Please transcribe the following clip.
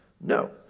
No